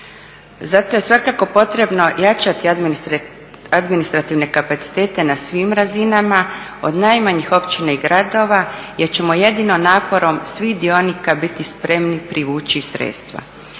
Zato je svakako potrebno jačati administrativne kapacitete na svim razinama od najmanjih općina i gradova jel ćemo jedino naporom svih dionika biti spremni privući sredstva.